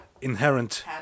inherent